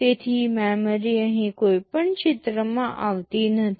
તેથી મેમરી અહીં કોઈ પણ ચિત્રમાં આવતી નથી